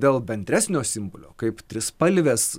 dėl bendresnio simbolio kaip trispalvės